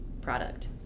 product